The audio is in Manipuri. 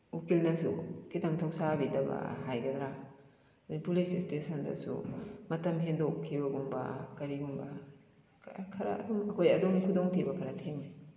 ꯎꯀꯤꯜꯅꯁꯨ ꯈꯤꯇꯪ ꯊꯧꯁꯥꯕꯤꯗꯕ ꯍꯥꯏꯒꯗ꯭ꯔꯥ ꯑꯗꯩ ꯄꯨꯂꯤꯁ ꯏꯁꯇꯦꯁꯟꯗꯁꯨ ꯃꯇꯝ ꯍꯦꯟꯗꯣꯛꯈꯤꯕꯒꯨꯝꯕ ꯀꯔꯤꯒꯨꯝꯕ ꯈꯔ ꯈꯔ ꯑꯗꯨꯝ ꯑꯩꯈꯣꯏ ꯑꯗꯨꯝ ꯈꯨꯗꯣꯡꯊꯤꯕ ꯈꯔ ꯊꯦꯡꯅꯩ